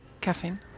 Caffeine